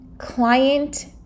client